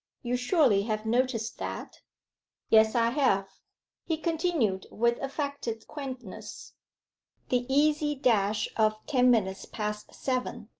you surely have noticed that yes, i have he continued with affected quaintness the easy dash of ten minutes past seven,